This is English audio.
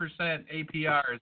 APRs